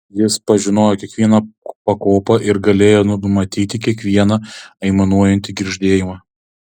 jis pažinojo kiekvieną pakopą ir galėjo numatyti kiekvieną aimanuojantį girgžtelėjimą